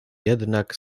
jednak